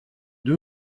deux